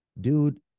dude